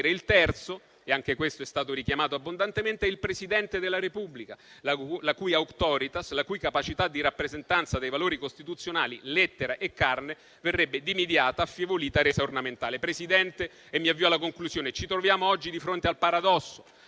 Il terzo - e anche questo è stato richiamato abbondantemente - è il Presidente della Repubblica, la cui *auctoritas*, la cui capacità di rappresentanza dei valori costituzionali, lettera e carne, verrebbe dimidiata, affievolita, resa ornamentale. Presidente, mi avvio alla conclusione. Ci troviamo oggi di fronte al paradosso